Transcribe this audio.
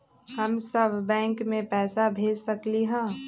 हम सब बैंक में पैसा भेज सकली ह?